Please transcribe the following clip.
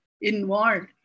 involved